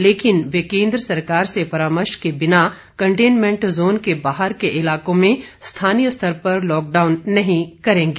लेकिन वे केन्द्र सरकार से परामर्श के बिना कन्टेमेंट जोन के बाहर के इलाकों में स्थानीय स्तर पर लॉकडाउन लागू नहीं करेंगे